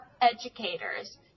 educators